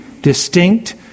distinct